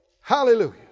Hallelujah